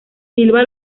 silva